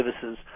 services